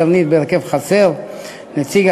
הצעת החוק מסמיכה את מינהלת "קרנית" לתת גמול והחזר הוצאות